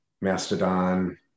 Mastodon